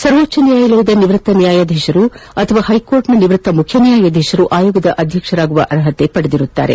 ಸರ್ವೋಚ್ಚ ನ್ಯಾಯಾಲಯದ ನಿವೃತ್ತ ನ್ಯಾಯಾಧೀಶರು ಅಥವಾ ಹೈಕೋರ್ಟ್ನ ನಿವೃತ್ತ ಮುಖ್ಯ ನ್ಯಾಯಾಧೀಶರು ಆಯೋಗದ ಅಧ್ಯಕ್ಷರಾಗುವ ಅರ್ಹತೆ ಹೊಂದಿರುತ್ತಾರೆ